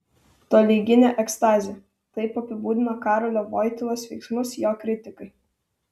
tolyginė ekstazė taip apibūdina karolio voitylos veiksmus jo kritikai